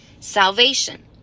salvation